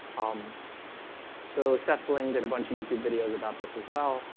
um so sethbling did a bunch of youtube videos about this as well